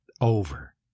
over